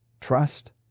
trust